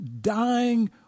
dying